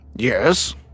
Yes